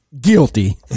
Guilty